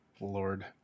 Lord